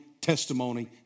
testimony